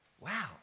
Wow